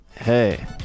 hey